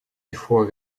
before